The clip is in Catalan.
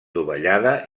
dovellada